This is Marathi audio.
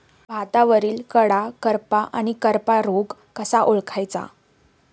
भातावरील कडा करपा आणि करपा रोग कसा ओळखायचा?